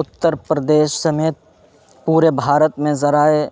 اترپردیش سمیت پورے بھارت میں ذرائع